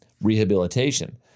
rehabilitation